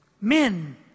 Men